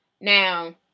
Now